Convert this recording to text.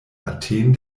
athen